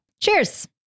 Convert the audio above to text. Cheers